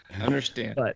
understand